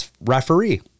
referee